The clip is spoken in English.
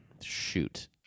Shoot